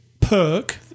perk